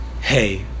hey